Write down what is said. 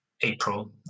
April